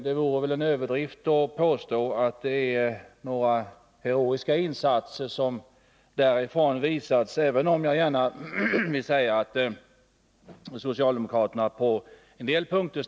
Det vore väl en överdrift att påstå att det är några heroiska insatser som visas upp därifrån, även om jag gärna vill säga att socialdemokraterna ställer upp på en del punkter.